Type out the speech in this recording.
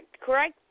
correct